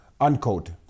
unquote